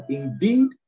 indeed